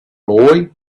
boy